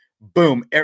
Boom